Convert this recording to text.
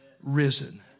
risen